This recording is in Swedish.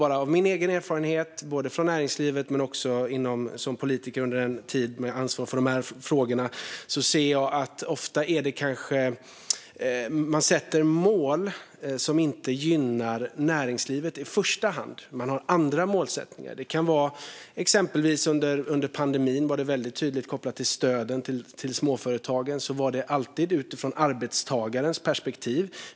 Av egen erfarenhet både från näringslivet och som politiker under en tid med ansvar för de här frågorna vet jag att man ofta sätter mål som inte gynnar näringslivet i första hand. Man har andra målsättningar. Det kan vara som under pandemin, exempelvis, då det var tydligt att stöden till småföretagen alltid var kopplade till och sågs utifrån arbetstagarens perspektiv.